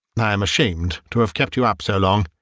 i am ashamed to have kept you up so long.